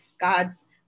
God's